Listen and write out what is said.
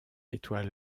étoile